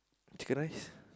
chicken rice